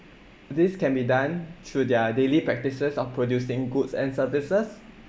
this can be done through their daily practices of producing goods and services